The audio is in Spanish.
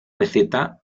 receta